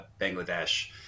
Bangladesh